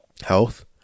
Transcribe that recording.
health